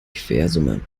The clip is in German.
quersumme